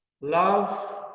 love